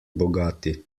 bogati